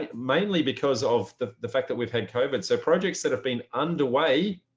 ah mainly because of the the fact that we've had covid. so projects that have been underway,